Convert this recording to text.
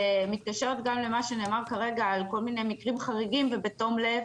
שמתקשרת גם למה שנאמר כרגע על כל מיני מקרים חריגים ובתום לב.